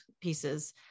pieces